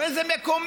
הרי זה מקומם.